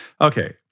okay